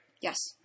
Yes